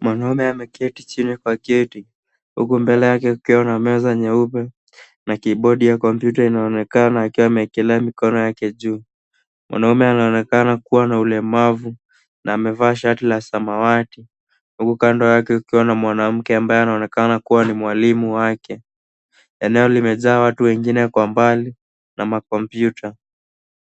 Mwanaume ameketi chini kwa kiti huku mbele yake kukiwa na meza nyeupe na kibodi ya kompyuta inaonekana akiwa amewekelea mikono yake juu. Mwanaume anaonekana kuwa na ulemavu na amevaa shati la samawati huku kando yake kukiwa na mwanamke ambaye anaonekana kuwa ni mwalimu wake. Eneo limejaa watu wengine kwa umbali na makompyuta.